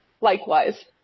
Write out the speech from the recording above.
Likewise